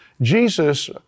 Jesus